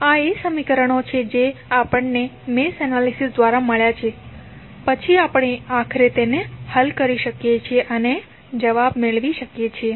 આ એ સમીકરણો છે જે આપણને મેશ એનાલિસિસ દ્વારા મળ્યા છે પછી આપણે આખરે તેને હલ કરી શકીએ અને જવાબ મેળવી શકીએ છીએ